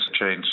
change